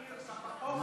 אני פה בזמן.